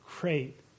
great